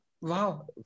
Wow